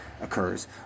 occurs